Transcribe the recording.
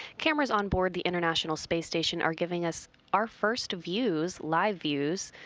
cameras on board the international space station are giving us our first views, live views,